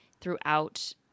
throughout